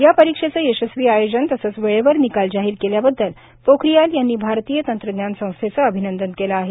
या परीक्षेचं यशस्वी आयोजन तसंच वेळेवर निकाल जाहीर केल्याबद्दल पोखरियाल यांनी भारतीय तंत्रज्ञान संस्थेचं अभिनंदन केलं आहे